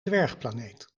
dwergplaneet